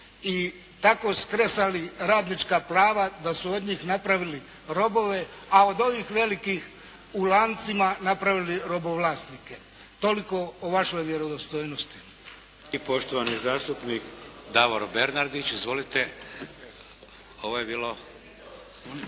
i tako skresali radnička prava da su od njih napravili robove, a od ovih velikih u lancima napravili robovlasnike. Toliko o vašoj vjerodostojnosti. **Šeks, Vladimir (HDZ)** I poštovani zastupnik Davor Bernardić. Izvolite! **Bernardić,